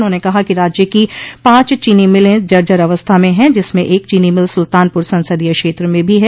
उन्होंने कहा कि राज्य की पाँच चीनी मिलें जर्जर अवस्था में हैं जिसमें एक चीनी मिल सुल्तानपुर संसदीय क्षेत्र में भी है